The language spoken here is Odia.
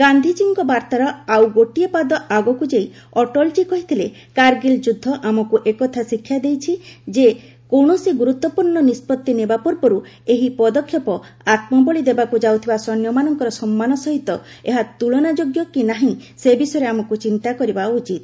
ଗାନ୍ଧିଜୀଙ୍କ ବାର୍ତ୍ତାର ଆଉ ଗୋଟିଏ ପାଦ ଆଗକ୍ ଯାଇ ଅଟଳଜୀ କହିଥିଲେ କାର୍ଗିଲ୍ ଯୁଦ୍ଧ ଆମକ୍ର ଏକଥା ଶିକ୍ଷା ଦେଇଛି ଯେ କୌଣସି ଗୁରୁତ୍ୱପୂର୍ଣ୍ଣ ନିଷ୍କଭି ନେବା ପୂର୍ବରୁ ଏହି ପଦକ୍ଷେପ ଆତ୍କବଳି ଦେବାକ୍ ଯାଉଥିବା ସୈନ୍ୟମାନଙ୍କ ସମ୍ମାନ ସହିତ ଏହା ତ୍ରଳନାଯୋଗ୍ୟ କି ନାହିଁ ସେ ବିଷୟରେ ଆମକ୍ର ଚିନ୍ତା କରିବା ଉଚିତ